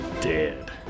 Dead